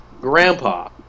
Grandpa